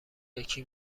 یکی